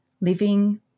living